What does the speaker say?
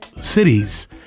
cities